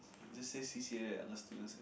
just say c_c_a that other students